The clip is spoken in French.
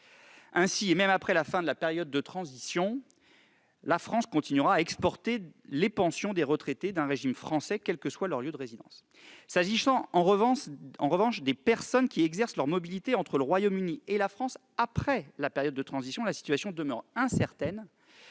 Ainsi, et même après la fin de la période de transition, la France continuera à exporter les pensions des retraités d'un régime français, quel que soit leur lieu de résidence. S'agissant en revanche des personnes qui exercent leur mobilité entre le Royaume-Uni et la France après la période de transition, la situation demeure incertaine